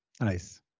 Nice